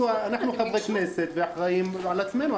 אנחנו חברי כנסת ואחראים על עצמנו,